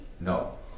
No